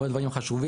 הרבה דברים חשובים,